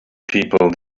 people